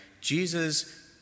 Jesus